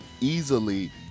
easily